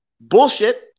bullshit